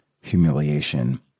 humiliation